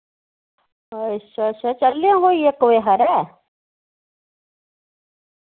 अच्छा अच्छा चलनेआं कोई इक बजे हारै